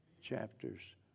chapters